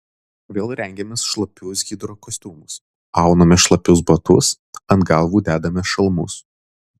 vėl rengiamės šlapius hidrokostiumus aunamės šlapius batus ant galvų dedamės šalmus